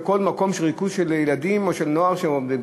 בכל מקום של ריכוז של ילדים או של נוער שמדברים,